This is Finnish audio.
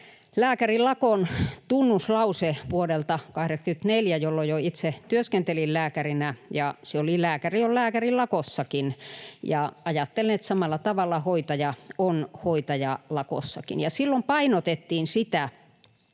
lääkärilakon tunnuslause vuodelta 84, jolloin jo itse työskentelin lääkärinä, ja se oli: ”Lääkäri on lääkäri lakossakin.” Ajattelen, että samalla tavalla hoitaja on hoitaja lakossakin. Ja silloin painotettiin sitä,